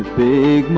the